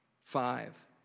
Five